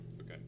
Okay